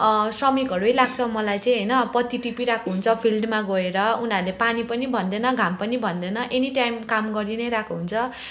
श्रमिकहरू नै लाग्छ मलाई चाहिँ होइन पत्ती टिपिरहेको हुन्छ फिल्डमा गएर उनीहरूले पानी पनि भन्दैन घाम पनि भन्दैन एनिटाइम काम गरी नै रहेको हुन्छ